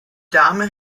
dame